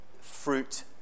fruit